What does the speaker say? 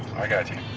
i got you.